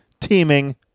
teaming